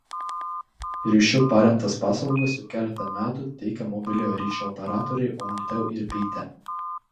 ryšiu paremtas paslaugas jau keletą metų teikia mobiliojo ryšio operatoriai omnitel ir bitė